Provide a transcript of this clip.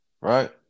right